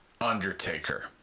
Undertaker